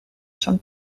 son